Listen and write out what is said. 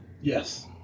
Yes